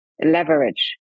leverage